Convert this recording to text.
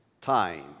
time